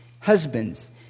Husbands